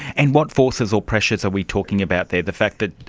and what forces or pressures are we talking about there? the fact that,